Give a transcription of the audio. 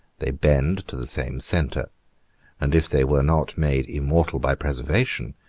they bend to the same centre and if they were not made immortal by preservation,